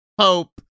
hope